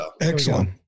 Excellent